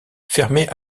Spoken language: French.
fermée